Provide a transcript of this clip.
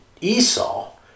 Esau